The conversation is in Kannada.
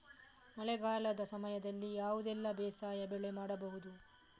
ಮಳೆಗಾಲದ ಸಮಯದಲ್ಲಿ ಯಾವುದೆಲ್ಲ ಬೇಸಾಯ ಬೆಳೆ ಮಾಡಬಹುದು?